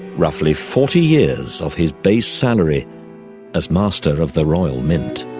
roughly forty years of his base salary as master of the royal mint.